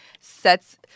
sets